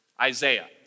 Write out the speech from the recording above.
Isaiah